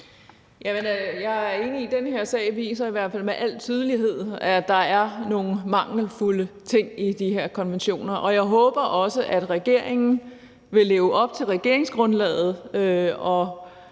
Jeg er enig i, at den her sag i hvert fald viser med al tydelighed, at der er nogle mangelfulde ting i de her konventioner. Jeg håber også, at regeringen vil leve op til regeringsgrundlaget